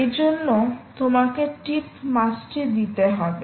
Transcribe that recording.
এজন্য তোমাকে টিপ মাসটি দিতে হবে